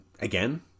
Again